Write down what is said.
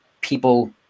people